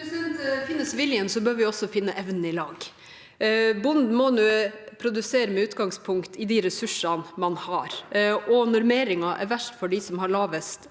Finnes viljen, bør vi også finne evnen i lag. Bonden må produsere med utgangspunkt i de ressursene man har, og normeringen er verst for dem som har lavest